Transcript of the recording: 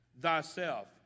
thyself